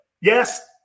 Yes